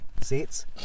seats